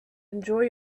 enjoy